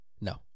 No